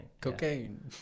Cocaine